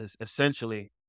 essentially